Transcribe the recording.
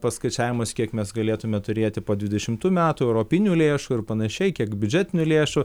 paskaičiavimus kiek mes galėtume turėti po dvidešimtų metų europinių lėšų ir panašiai kiek biudžetinių lėšų